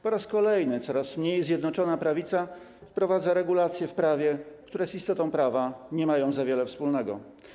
Po raz kolejny coraz mniej Zjednoczona Prawica wprowadza regulacje w prawie, które z istotą prawa nie mają za wiele wspólnego.